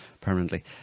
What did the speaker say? permanently